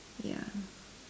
ya